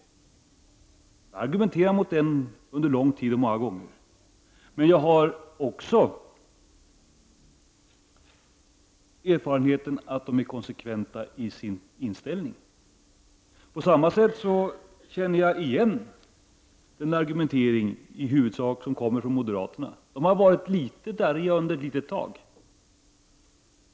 Jag har argumenterat mot den under lång tid och många gånger, men jag har också erfarenheten att de är konsekventa i sin inställning. På samma sätt känner jag igen den argumentering, i huvudsak, som kommer från moderaterna. De har varit litet darriga ett litet tag.